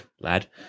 lad